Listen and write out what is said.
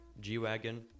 G-Wagon